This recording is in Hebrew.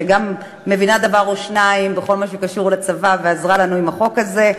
שגם מבינה דבר או שניים בכל מה שקשור לצבא ועזרה לנו עם החוק הזה.